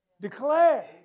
declare